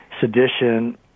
sedition